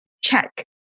check